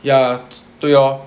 要对 oh